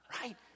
right